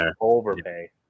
overpay